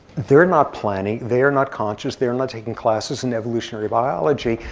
they're not planning. they're not conscious. they're not taking classes in evolutionary biology.